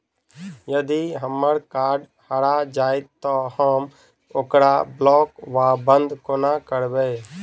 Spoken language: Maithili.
यदि हम्मर कार्ड हरा जाइत तऽ हम ओकरा ब्लॉक वा बंद कोना करेबै?